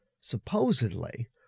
Supposedly